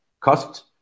cost